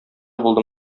булды